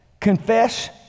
confess